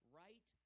right